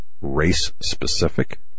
race-specific